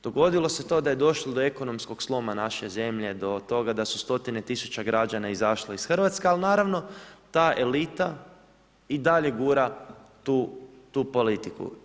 Dogodilo se to da je došlo do ekonomskog sloma naše zemlje, do toga da su stotine tisuće građana izašle iz Hrvatske, ali naravno, ta elita i dalje gura tu politiku.